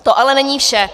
To ale není vše.